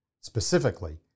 specifically